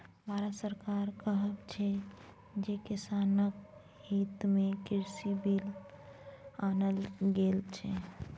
भारत सरकारक कहब छै जे किसानक हितमे कृषि बिल आनल गेल छै